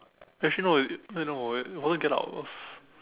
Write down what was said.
actually no it eh no wait it wasn't it get out it was